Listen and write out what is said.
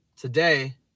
Today